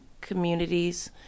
communities